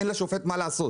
אין לשופט מה לעשות.